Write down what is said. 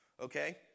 Okay